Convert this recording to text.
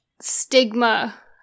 stigma